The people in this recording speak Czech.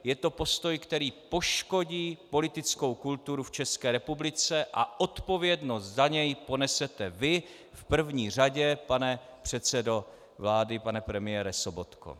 Je to postoj, který poškodí politickou kulturu v České republice, a odpovědnost za něj ponesete vy v první řadě, pane předsedo vlády, pane premiére Sobotko.